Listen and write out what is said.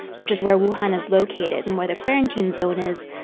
which is where wuhan is located and where the quarantine zone is,